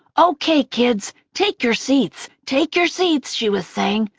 okay, kids, take your seats. take your seats, she was saying,